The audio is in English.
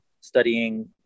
studying